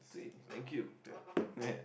sweet thank you